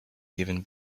given